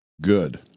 good